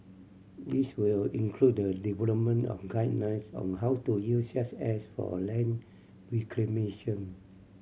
this will include the development of guidelines on how to use such ash for a land reclamation